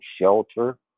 shelter